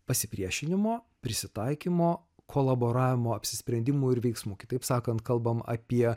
pasipriešinimo prisitaikymo kolaboravimo apsisprendimų ir veiksmų kitaip sakant kalbam apie